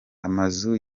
amazu